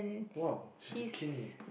!wow! bikini